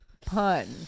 pun